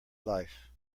life